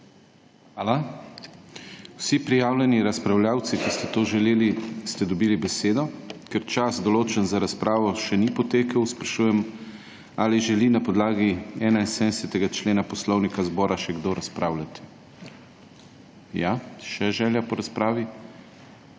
vam. Vsi prijavljeni razpravljavci, ki ste to želeli, ste dobili besedo. Ker čas, določen za razpravo še ni potekel, sprašujem ali želi na podlagi 71. člena Poslovnika zbora še kdo razpravljati. (Da.) Če želite razpravljati